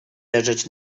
leżeć